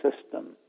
system